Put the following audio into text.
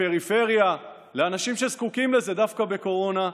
לפריפריה, לאנשים שזקוקים לזה דווקא בקורונה,